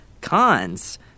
Cons